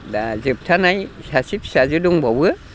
दा जोबथानाय सासे फिसाजो दंबावो